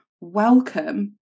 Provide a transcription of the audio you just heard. welcome